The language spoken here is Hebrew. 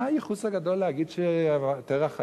מה הייחוס הגדול להגיד שתרח היה,